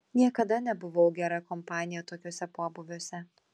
niekada nebuvau gera kompanija tokiuose pobūviuose